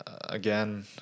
again